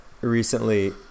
recently